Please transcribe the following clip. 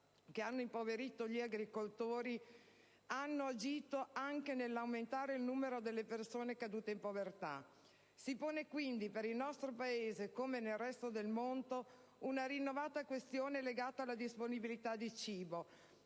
che hanno impoverito gli agricoltori hanno agito anche nell'aumentare il numero delle persone cadute in povertà. Si pone quindi per il nostro Paese, come nel resto del mondo, una rinnovata questione legata alla disponibilità di cibo,